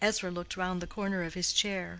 ezra looked round the corner of his chair.